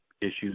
issues